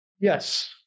Yes